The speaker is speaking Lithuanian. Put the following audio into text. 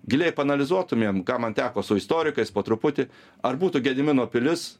giliai paanalizuotumėm ką man teko su istorikais po truputį ar būtų gedimino pilis